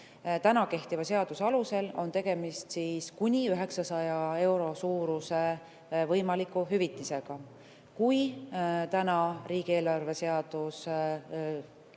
Kehtiva seaduse alusel on tegemist siis kuni 900 euro suuruse võimaliku hüvitisega. Kui täna riigieelarve seadus